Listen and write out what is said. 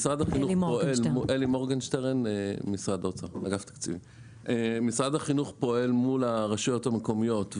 משרד החינוך פועל מול הרשויות המקומיות,